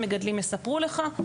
המגדלים יספרו לך,